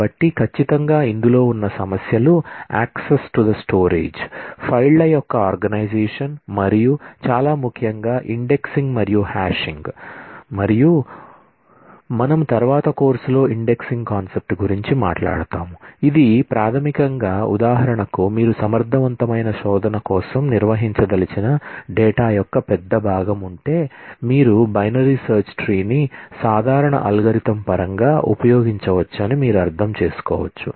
కాబట్టి ఖచ్చితంగా ఇందులో ఉన్న సమస్యలు యాక్సిస్ టు ద స్టోరేజ్ పరంగా ఉపయోగించవచ్చని మీరు అర్థం చేసుకోవచ్చు